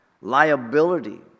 liability